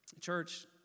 Church